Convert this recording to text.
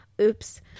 oops